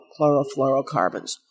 chlorofluorocarbons